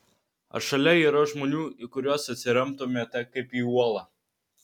ar šalia yra žmonių į kuriuos atsiremtumėte kaip į uolą